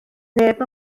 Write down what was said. neb